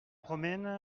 promène